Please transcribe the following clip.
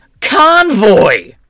convoy